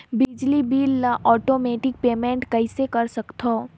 बिजली बिल ल automatic payment कइसे कर सकथव?